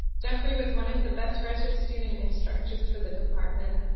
jeffrey was one of the best graduate student instructors for the department,